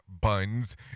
buns